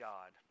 God